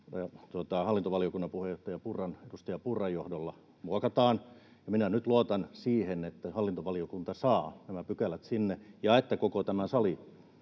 hallintovaliokunnan puheenjohtajan, edustaja Purran johdolla muokataan. Minä nyt luotan siihen, että hallintovaliokunta saa nämä pykälät sinne ja että koko tämä sali